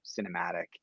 cinematic